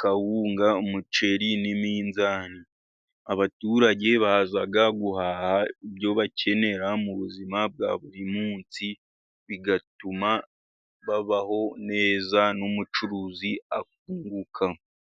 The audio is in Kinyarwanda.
kawunga, umuceri n'iminzani. Abaturage baza guhaha ibyo bakenera mu buzima bwa buri munsi, bigatuma babaho neza n'umucuruzi akunguka.